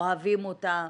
אוהבים אותה,